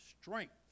strength